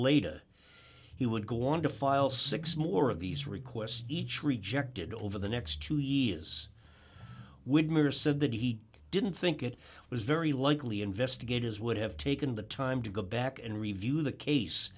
later he would go on to file six more of these requests each rejected over the next two years widmer said that he didn't think it was very likely investigators would have taken the time to go back and review the case